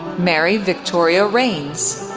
mary victoria raynes,